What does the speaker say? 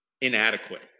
inadequate